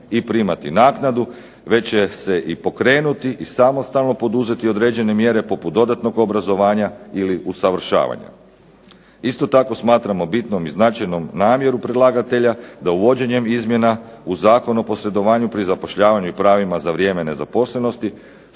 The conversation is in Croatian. i primati naknadu, već će se pokrenuti i samostalno poduzeti određene mjere poput dodatnog obrazovanja ili usavršavanja. Isto tako smatramo bitnom i značajnom namjeru predlagatelja da uvođenjem izmjena u Zakon o posredovanju pri zapošljavanju i pravima za vrijeme nezaposlenosti